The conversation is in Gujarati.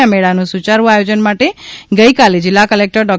આ મેળાના સૂચરું આયોજન માટે ગઇકાલે જિલ્લા કલેક્ટર ડો